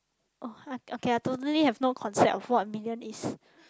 oh okay I totally have no concept of what a million is